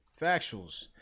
Factuals